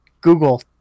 Google